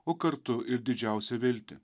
o kartu ir didžiausią viltį